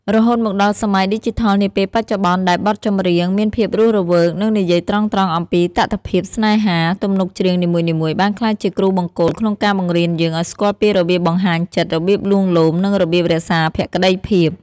រហូតមកដល់សម័យឌីជីថលនាពេលបច្ចុប្បន្ន ដែលបទចម្រៀងមានភាពរស់រវើក និងនិយាយត្រង់ៗអំពីតថភាពស្នេហា ទំនុកច្រៀងនីមួយៗបានក្លាយជាគ្រូបង្គោលក្នុងការបង្រៀនយើងឱ្យស្គាល់ពីរបៀបបង្ហាញចិត្ត របៀបលួងលោម និងរបៀបរក្សាភក្តីភាព។